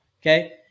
okay